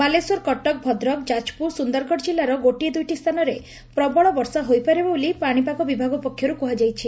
ବାଲେଶ୍ୱର କଟକ ଭଦ୍ରକ ଯାଜପୁର ସୁନ୍ଦରଗଡ଼ ଜିଲ୍ଲାର ଗୋଟିଏ ଦୁଇଟି ସ୍ଚାନରେ ପ୍ରବଳ ବର୍ଷା ହୋଇପାରେ ବୋଲି ପାଶିପାଗ ବିଭାଗ ପକ୍ଷରୁ କୁହାଯାଇଛି